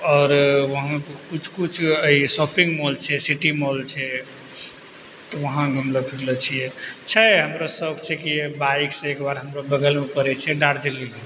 आओर वहाँ किछु किछु ई शॉपिंग मॉल छै सिटी मॉल छै तऽ वहाँ घुमलो फिरलो छियै छै हमरो शौक छै कि बाइकसँ एक बार हमरो बगलमे पड़य छै दार्जिलिंग